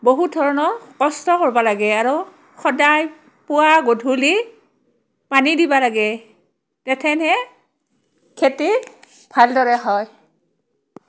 বহুত ধৰণৰ কষ্ট কৰবা লাগে আৰু সদায় পুৱা গধূলি পানী দিবা লাগে তেথেনহে খেতি ভালদৰে হয়